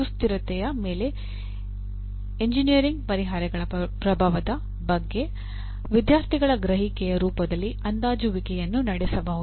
ಸುಸ್ಥಿರತೆಯ ಮೇಲೆ ಎಂಜಿನಿಯರಿಂಗ್ ಪರಿಹಾರಗಳ ಪ್ರಭಾವದ ಬಗ್ಗೆ ವಿದ್ಯಾರ್ಥಿಗಳ ಗ್ರಹಿಕೆಯ ರೂಪದಲ್ಲಿ ಅಂದಾಜುವಿಕೆಯನ್ನು ನಡೆಸಬಹುದು